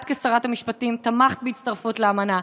את כשרת המשפטים תמכת בהצטרפות לאמנה.